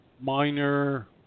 minor